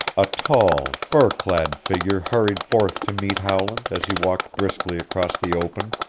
a tall, fur-clad figure hurried forth to meet howland as he walked briskly across the open.